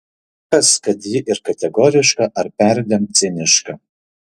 kas kad ji ir kategoriška ar perdėm ciniška